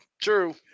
True